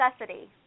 necessity